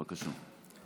בבקשה.